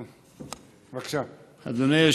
אדוני.